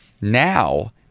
now